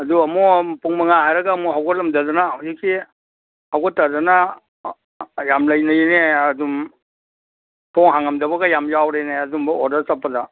ꯑꯗꯨ ꯑꯃꯨꯛ ꯄꯨꯡ ꯃꯉꯥ ꯍꯥꯏꯔꯒ ꯑꯃꯨꯛ ꯍꯧꯒꯠꯂꯝꯗꯗꯅ ꯍꯧꯖꯤꯛꯇꯤ ꯍꯧꯒꯠꯇꯗꯅ ꯌꯥꯝ ꯂꯩꯅꯩꯅꯦ ꯑꯗꯨꯝ ꯊꯣꯡ ꯍꯥꯡꯉꯝꯗꯕꯒ ꯌꯥꯝ ꯌꯥꯎꯔꯦꯅꯦ ꯑꯗꯨꯝꯕ ꯑꯣꯗꯔ ꯆꯠꯄꯗ